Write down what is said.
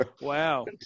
Wow